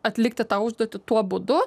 atlikti tą užduotį tuo būdu